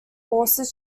horses